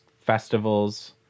festivals